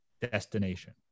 destination